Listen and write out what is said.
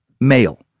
male